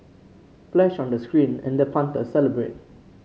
flash on the screen and the punter celebrated